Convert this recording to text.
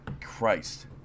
christ